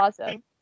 awesome